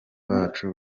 bacu